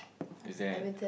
is that